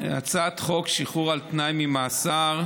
הצעת חוק שחרור על תנאי ממאסר,